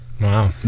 wow